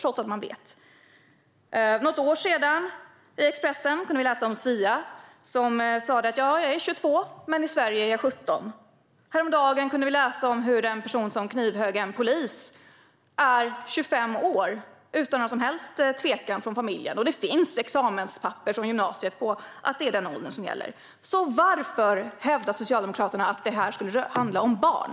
För något år sedan kunde vi i Expressen läsa om Sia. Hon sa: Ja, jag är 22, men i Sverige är jag 17 år. Häromdagen kunde vi läsa om att en person som knivhögg en polis var 25 år. Det finns examenspapper från gymnasiet på att det är den ålder som gäller. Varför hävdar Socialdemokraterna att det här skulle handla om barn?